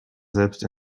selbst